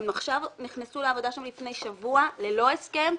עכשיו הן נכנסו לעבודה, לפני שבוע, ללא הסכם.